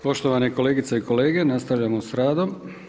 Poštovane kolegice i kolege nastavljamo s radom.